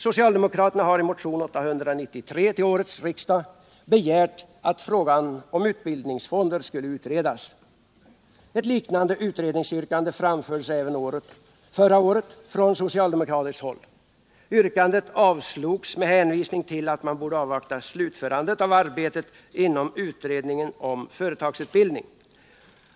Socialdemokraterna har i motionen 893 till årets riksdag begärt att frågan om utbildningsfonder skulle utredas. Ett liknande utredningsyrkande framfördes även förra året från socialdemokratiskt håll. Det avslogs dock med hänvisning till att man borde avvakta slutförandet av arbetet inom utredningen om företagsutbildning.